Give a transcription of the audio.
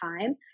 time